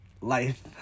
life